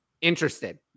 interested